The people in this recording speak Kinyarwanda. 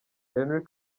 henry